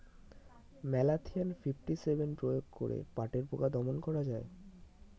Malathion fifty seven প্রয়োগ করে পাটের পোকা দমন করা যায়?